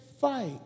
fight